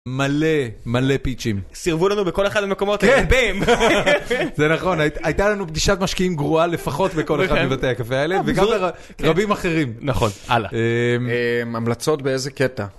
מלא מלא פייצ'ים. סירבו לנו בכל אחד המקומות, כן, בם. זה נכון, הייתה לנו פגישת משקיעים גרועה לפחות בכל אחד מבתי הקפה האלה, וגם לרבים אחרים. נכון, הלאה. המלצות באיזה קטע?